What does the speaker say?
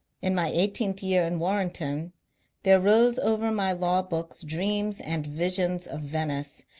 in my eigh teenth year in warrenton there rose over my law-books dreams and visions of venice,